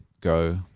go